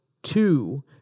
two